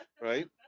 right